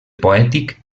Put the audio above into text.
poètic